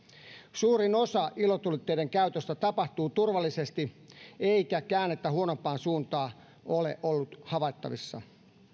suurin osa ilotulitteiden käytöstä tapahtuu turvallisesti eikä käännettä huonompaan suuntaan ole ollut havaittavissa